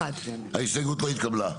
ההסתייגות לא התקבלה.